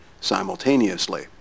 simultaneously